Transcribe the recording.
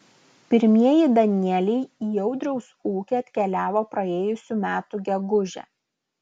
pirmieji danieliai į audriaus ūkį atkeliavo praėjusių metų gegužę